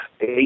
eight